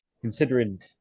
considering